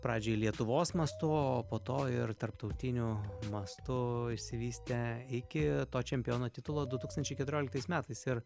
pradžiai lietuvos mastu o po to ir tarptautiniu mastu išsivystę iki to čempiono titulo du tūkstančiai keturioliktais metais ir